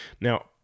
Now